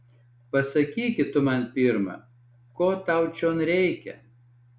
pasakyki tu man pirma ko tau čion reikia